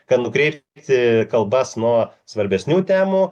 kad nukreipti kalbas nuo svarbesnių temų